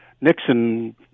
nixon